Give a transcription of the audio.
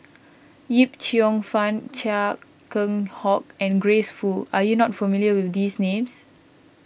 Yip Cheong Fun Chia Keng Hock and Grace Fu are you not familiar with these names